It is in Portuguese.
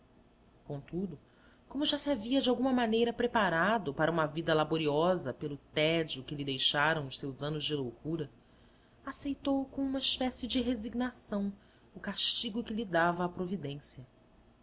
contudo como já se havia de alguma maneira preparado para uma vida laboriosa pelo tédio que lhe deixaram os seus anos de loucura aceitou com uma espécie de resignação o castigo que lhe dava a providência